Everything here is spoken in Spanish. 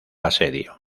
asedio